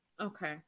Okay